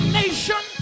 nation